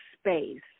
space